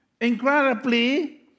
incredibly